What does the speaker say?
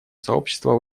сообщества